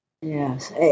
Yes